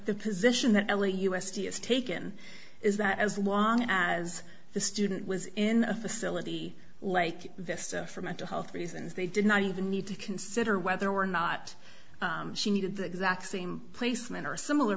the position that only us d is taken is that as long as the student was in a facility like this for mental health reasons they did not even need to consider whether or not she needed the exact same placement or similar